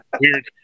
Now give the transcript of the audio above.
Weird